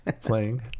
playing